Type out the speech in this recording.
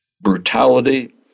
brutality